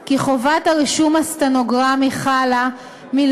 כי חובת הרישום הסטנוגרמי חלה על,